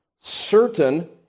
certain